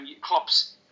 Klopp's